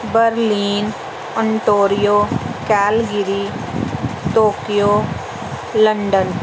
Berlin Ontario Calgary Tokyo London